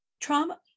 trauma